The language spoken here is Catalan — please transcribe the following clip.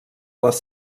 les